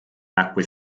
nacque